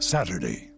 Saturday